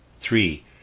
Three